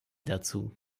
dazu